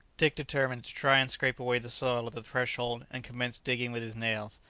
dick determined to try and scrape away the soil at the threshold, and commenced digging with his nails.